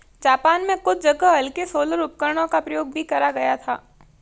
Japan में कुछ जगह हल्के सोलर उपकरणों का प्रयोग भी करा गया था